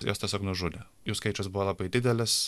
juos tiesiog nužudė jų skaičius buvo labai didelis